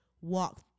walk